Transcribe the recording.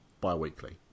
bi-weekly